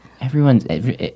everyone's